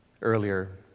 earlier